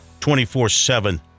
24-7